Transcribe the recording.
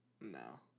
No